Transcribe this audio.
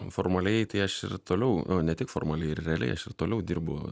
formaliai tai aš ir toliau na ne tik formaliai realiai aš ir toliau dirbu